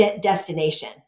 destination